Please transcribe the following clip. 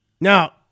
now